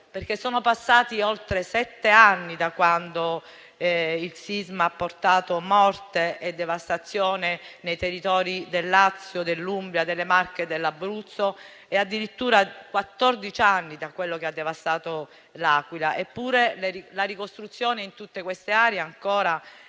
voi». Sono passati infatti oltre sette anni da quando il sisma ha portato morte e devastazione nei territori del Lazio, dell'Umbria, delle Marche e dell'Abruzzo e addirittura quattordici anni da quello che ha devastato L'Aquila; eppure, la ricostruzione in tutte queste aree ancora